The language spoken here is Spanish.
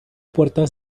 puerta